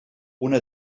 una